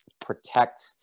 protect